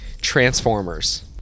Transformers